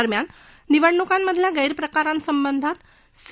दरम्यान निवडणुकांमधल्या गैर प्रकारांसंदर्भात सी